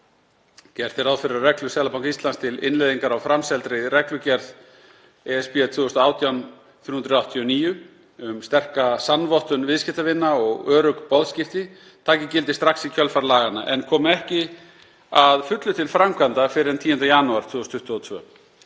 Gert er ráð fyrir að reglur Seðlabanka Íslands til innleiðingar á framseldri reglugerð ESB 2018/389 um sterka sannvottun viðskiptavina og örugg boðskipti taki gildi strax í kjölfar laganna en komi ekki að fullu til framkvæmda fyrr en 10. janúar 2022.